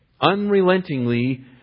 Unrelentingly